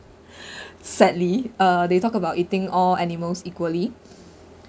sadly uh they talk about eating all animals equally